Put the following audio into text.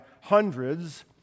hundreds